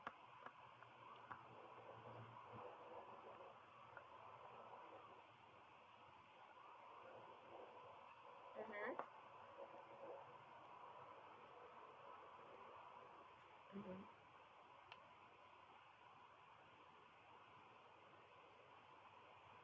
mmhmm mmhmm